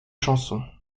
chansons